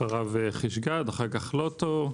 אחריו חיש גד, אחריו לוטו,